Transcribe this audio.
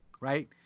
Right